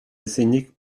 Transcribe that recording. ezinik